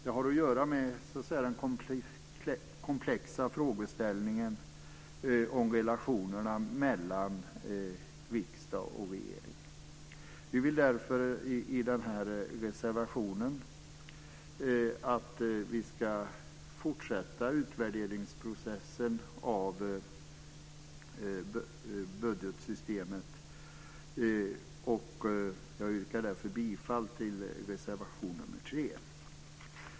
Det har att göra med den komplexa frågeställningen om relationerna mellan riksdag och regering. Vi vill i reservation 3 att processen med utvärdering av budgetsystemet ska fortsätta, och jag yrkar bifall till denna reservation.